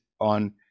on